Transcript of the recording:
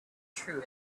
true